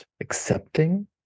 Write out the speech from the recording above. accepting